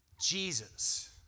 Jesus